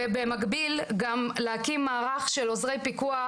ובמקביל גם להקים מערך של עוזרי פיקוח,